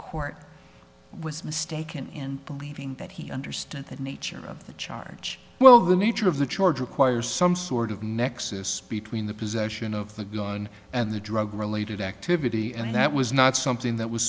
court was mistaken in believing that he understood the nature of the charge well the nature of the charge requires some sort of nexus between the possession of the gun and the drug related activity and that was not something that was